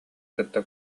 кытта